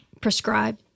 prescribe